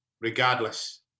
regardless